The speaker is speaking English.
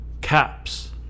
Caps